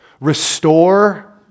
restore